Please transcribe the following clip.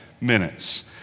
minutes